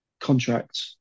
contract